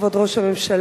כבוד ראש הממשלה,